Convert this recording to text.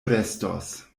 restos